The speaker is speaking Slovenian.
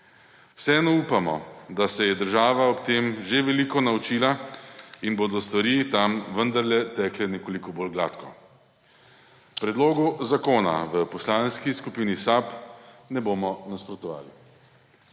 Vseeno upamo, da se je država ob tem že veliko naučila in bodo stvari tam vendarle tekle nekoliko bolj gladko. Predlogu zakona v Poslanski skupini SAB ne bomo nasprotovali.